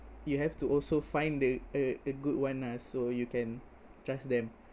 you have to also find the a a good one lah so you can trust them